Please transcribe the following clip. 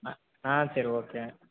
அ ஆ சரி ஓகே